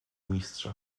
mistrza